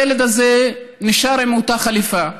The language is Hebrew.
חליפה, והילד הזה נשאר עם אותה חליפה חודש,